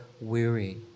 weary